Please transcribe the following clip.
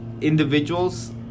individuals